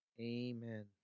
amen